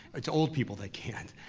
it's old people that can't.